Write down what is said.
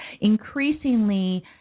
Increasingly